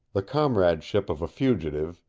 the comradeship of a fugitive,